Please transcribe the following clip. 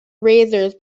razors